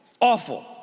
awful